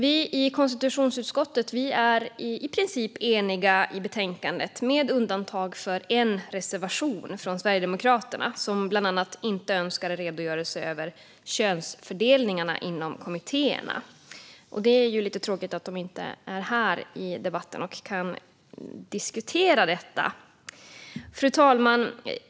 Vi i konstitutionsutskottet är i princip eniga i betänkandet, med undantag för en reservation från Sverigedemokraterna, som bland annat inte önskar en redogörelse över könsfördelningen inom kommittéerna. Fru talman!